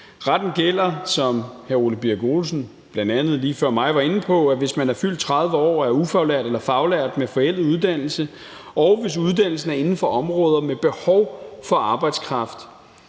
Retten gælder, som bl.a. hr. Ole Birk Olesen lige før mig var inde på, hvis man er fyldt 30 år og er ufaglært eller faglært med forældet uddannelse, og hvis uddannelsen er inden for områder med behov for arbejdskraft.